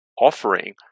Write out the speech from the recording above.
offering